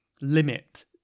limit